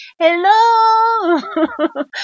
Hello